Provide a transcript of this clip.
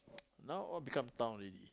now all become town already